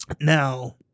Now